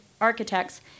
architects